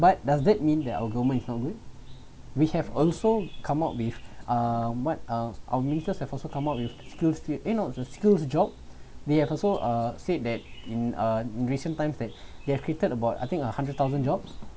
but does that mean that our government is not good we have also come up with uh what uh our ministry have also come up with skills state main of the skills job they have also uh said that in uh recent times that they've created about I think a hundred thousand jobs